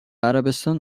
عربستان